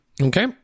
Okay